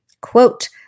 Quote